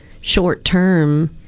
short-term